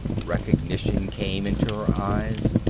recognition came into her eyes.